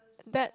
that